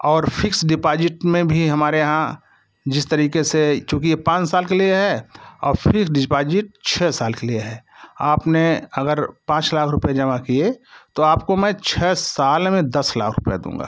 और fixed deposit में भी हमारे यहाँ जिस तरीके से चूँकि ये पाँच साल के लिए है और फिक्स डिपाजिट छः साल के लिए है आपने अगर पांच लाख रुपये जमा किए तो आपको मैं छः साल में दस लाख रुपये दूँगा